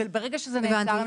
וברגע שזה נעצר,